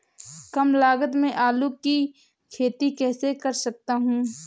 कम लागत में आलू की खेती कैसे कर सकता हूँ?